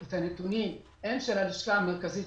את הנתונים של הלשכה המרכזית